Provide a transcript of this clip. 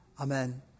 Amen